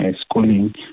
schooling